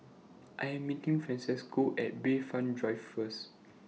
I Am meeting Francesco At Bayfront Drive First